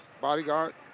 bodyguard